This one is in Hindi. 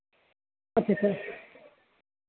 अच्छा अच्छा